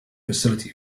facility